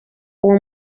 uwo